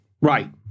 Right